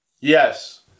Yes